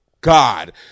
God